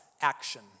action